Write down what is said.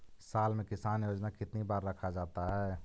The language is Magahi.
साल में किसान योजना कितनी बार रखा जाता है?